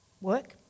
work